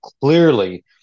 clearly